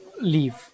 leave